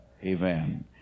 Amen